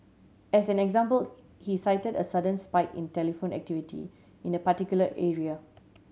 as an example he cited a sudden spike in telephone activity in a particular area